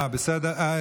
אה, בסדר.